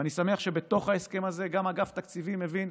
אני שמח שבתוך ההסכם הזה גם אגף תקציבים הבין,